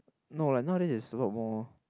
no like nowadays is a lot more